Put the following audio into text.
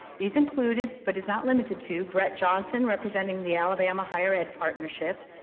these included, but is not limited to, brett johnson, representing the alabama higher ed partnership,